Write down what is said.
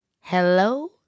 Hello